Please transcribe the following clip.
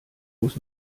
muss